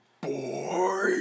boy